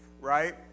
right